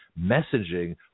messaging